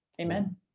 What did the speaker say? amen